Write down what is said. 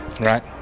Right